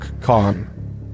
Khan